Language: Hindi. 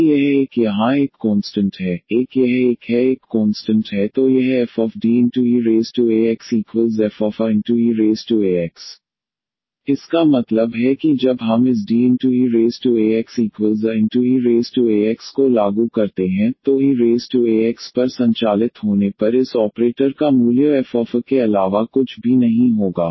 यदि यह एक यहां एक कोंस्टंट है एक यह एक है एक कोंस्टंट है तो यह fDeaxfaeax इसका मतलब है कि जब हम इस Deaxaeax को लागू करते हैं तो eax पर संचालित होने पर इस ऑपरेटर का मूल्य fa के अलावा कुछ भी नहीं होगा